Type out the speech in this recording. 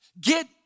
get